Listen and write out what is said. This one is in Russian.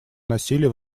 насилия